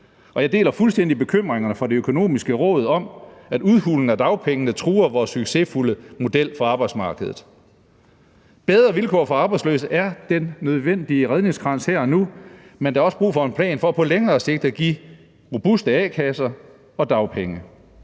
Jeg deler fuldstændig bekymringen fra Det Økonomiske Råd om, at udhulingen af dagpengene truer vores succesfulde model for arbejdsmarkedet. Bedre vilkår for arbejdsløse er den nødvendige redningskrans her og nu, men der er også brug for en plan for på længere sigt at give robuste a-kasser og dagpenge,